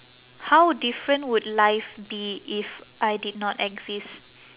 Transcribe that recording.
how different would life be if I did not exist